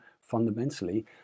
fundamentally